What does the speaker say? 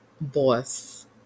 boss